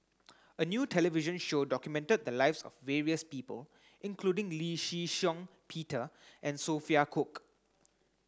a new television show documented the lives various people including Lee Shih Shiong Peter and Sophia Cooke